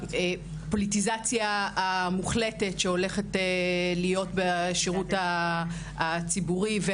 הפוליטיזציה המוחלטת שהולכת להיות בשירות הציבורי,